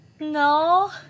No